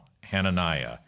Hananiah